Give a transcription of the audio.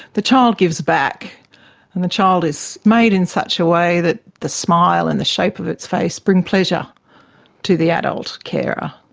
the child gives back and the child is made in such a way that the smile and the shape of its face bring pleasure to the adult carer.